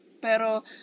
pero